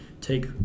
take